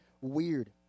weird